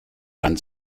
dann